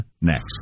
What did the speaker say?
next